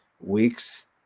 weeks